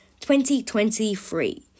2023